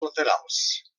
laterals